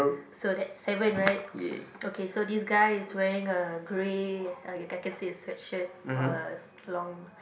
so that's seven right okay so this guy is wearing a grey okay I can say a sweatshirt or a long